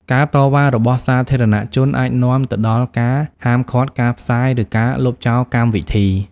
ការតវ៉ារបស់សាធារណៈជនអាចនាំទៅដល់ការហាមឃាត់ការផ្សាយ ឬការលុបចោលកម្មវិធី។